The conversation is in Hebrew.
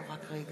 אורלי